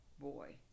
boy